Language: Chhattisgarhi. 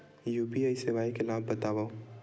यू.पी.आई सेवाएं के लाभ बतावव?